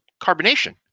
carbonation